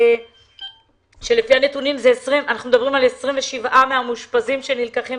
שלפי הנתונים אנחנו מדברים על 27 מהמאושפזים שנלקחים